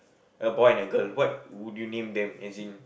a boy and a girl what would you name them as in